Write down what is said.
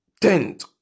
tent